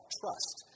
trust